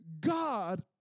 God